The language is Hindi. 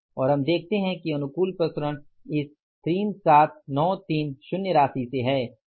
और हम देखते है कि अनुकूल प्रसरण इस 37930 राशि से है